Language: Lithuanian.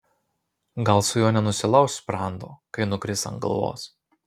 gal su juo nenusilauš sprando kai nukris ant galvos